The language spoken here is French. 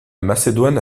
macédoine